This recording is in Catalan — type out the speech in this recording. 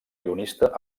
guionista